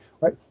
right